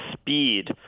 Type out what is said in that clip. speed